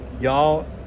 y'all